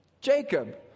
Jacob